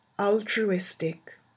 altruistic